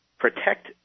Protect